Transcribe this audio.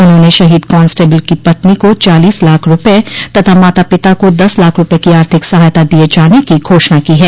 उन्होंने शहीद कांस्टेबिल की पत्नी को चालीस लाख रूपये तथा माता पिता को दस लाख रूपये की आर्थिक सहायता दिये जाने की घोषणा की है